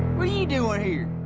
what are you doing